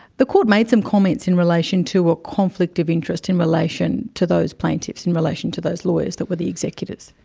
the court made some comments in relation to a conflict of interest in relation to those plaintiffs, in relation to those lawyers who were the executors.